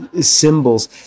symbols